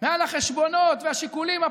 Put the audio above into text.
מעל החשבונות והשיקולים הפוליטיים,